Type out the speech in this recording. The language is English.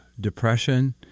depression